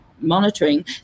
monitoring